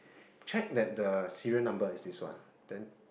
check that the serial number is this one then